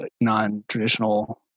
non-traditional